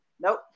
nope